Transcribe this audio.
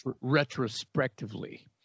Retrospectively